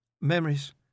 memories